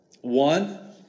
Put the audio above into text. One